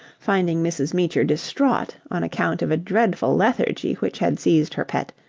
finding mrs. meecher distraught on account of a dreadful lethargy which had seized her pet,